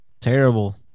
Terrible